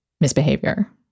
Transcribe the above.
misbehavior